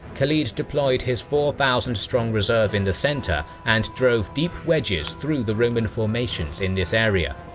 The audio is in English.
khalid deployed his four thousand strong reserve in the centre and drove deep wedges through the roman formations in this area.